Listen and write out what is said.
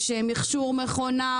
יש מכשור ומכונות,